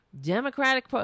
democratic